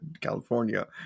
California